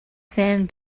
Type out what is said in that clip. sand